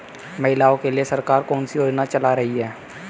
महिलाओं के लिए सरकार कौन सी योजनाएं चला रही है?